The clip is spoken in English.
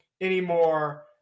anymore